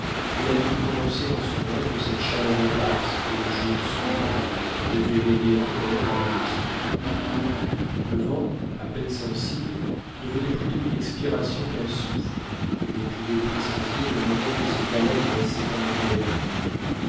et la nuit condensait dans son ombre cette chaleur éparse que le jour suivant devait léguer encore à la nuit suivante le vent à peine sensible devenait plutôt une expiration qu'un souffle et l'on pouvait pressentir le moment où cette haleine s'éteindrait elle-même